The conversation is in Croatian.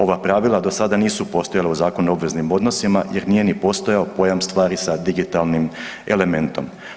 Ova pravila do sada nisu postojala u Zakonu o obveznim odnosima jer nije ni postojao pojam „stvari sa digitalnim elementom“